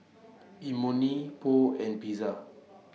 Imoni Pho and Pizza